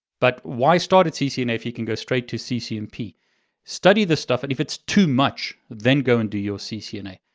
but why start at ccna if you can go straight to ccnp? study the stuff and if it's too much, then go and do your ccna.